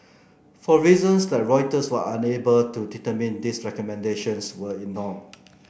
for reasons that Reuters was unable to determine these recommendations were ignored